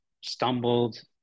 stumbled